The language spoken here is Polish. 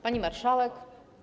Pani Marszałek!